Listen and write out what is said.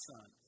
Son